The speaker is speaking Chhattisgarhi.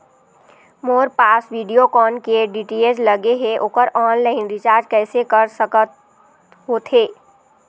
मोर पास वीडियोकॉन के डी.टी.एच लगे हे, ओकर ऑनलाइन रिचार्ज कैसे कर सकत होथे?